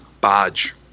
badge